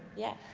yeah.